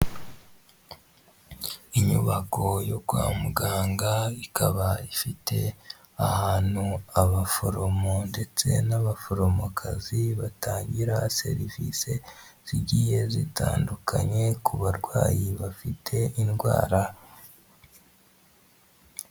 Inyubako yo kwa muganga ikaba ifite ahantu abaforomo ndetse n'abaforomokazi batangira serivise zigiye zitandukanye ku barwayi bafite indwara.